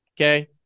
Okay